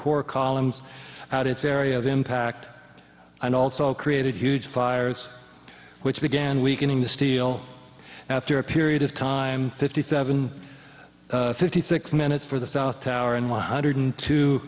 core columns out its area of impact and also created huge fires which began weakening the steel after a period of time fifty seven fifty six minutes for the south tower and one hundred